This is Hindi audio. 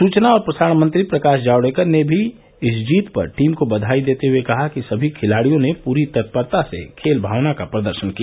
सूचना और प्रसारण मंत्री प्रकाश जावड़ेकर ने भी इस जीत पर टीम को बधाई देते हुए कहा कि सभी खिलाड़ियों ने पूरी तत्परता से खेल भावना का प्रदर्शन किया